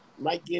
Mike